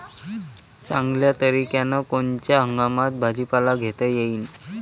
चांगल्या तरीक्यानं कोनच्या हंगामात भाजीपाला घेता येईन?